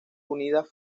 unidas